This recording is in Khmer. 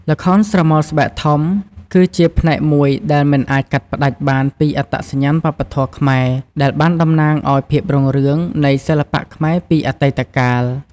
ល្ខោនស្រមោលស្បែកធំគឺជាផ្នែកមួយដែលមិនអាចកាត់ផ្ដាច់បានពីអត្តសញ្ញាណវប្បធម៌ខ្មែរ ដែលបានតំណាងឲ្យភាពរុងរឿងនៃសិល្បៈខ្មែរពីអតីតកាល។